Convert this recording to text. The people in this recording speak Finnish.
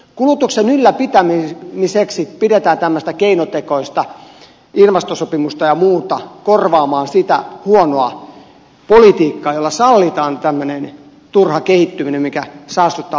kulutuksen ylläpitämiseksi pidetään tämmöistä keinotekoista ilmastosopimusta ja muuta korvaamaan sitä huonoa politiikkaa jolla sallitaan tämmöinen turha kehittyminen mikä saastuttaa maapalloa